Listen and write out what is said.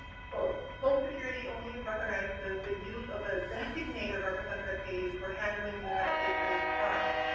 so so security only recognizes the use of the designated representative payee for handling the beneficiary's funds.